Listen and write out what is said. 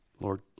Lord